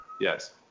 Yes